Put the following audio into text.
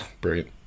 Brilliant